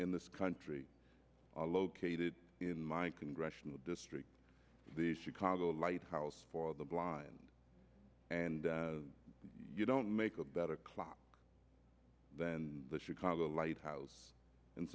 in this country are located in my congressional district the chicago lighthouse for the blind and you don't make a better class than the chicago lighthouse and